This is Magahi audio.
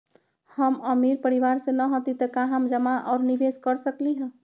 हम अमीर परिवार से न हती त का हम जमा और निवेस कर सकली ह?